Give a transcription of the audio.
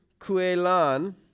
Kuelan